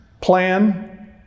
plan